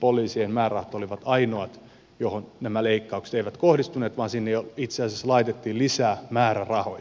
poliisien määrärahat olivat ainoat joihin nämä leikkaukset eivät kohdistuneet vaan sinne jo itse asiassa laitettiin lisää määrärahoja